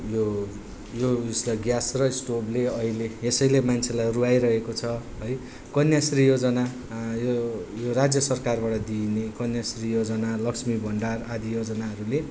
यो यो उयेसलाई ग्यास र स्टोभले अहिले यसैले मान्छेलाई रूवाइरहेको छ है कन्याश्री योजना यो राज्य सरकारबाट दिइने कन्याश्री योजना लक्ष्मी भण्डार आदि योजनाहरूले